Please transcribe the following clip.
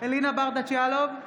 אלינה ברדץ' יאלוב,